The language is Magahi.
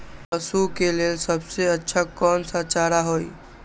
पशु के लेल सबसे अच्छा कौन सा चारा होई?